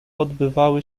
odbywały